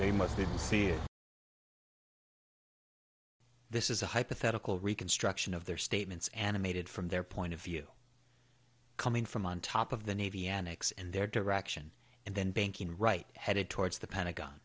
they must see this is a hypothetical reconstruction of their statements animated from their point of view coming from on top of the navy annex and their direction and then banking right headed towards the pentagon